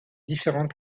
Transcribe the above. différentes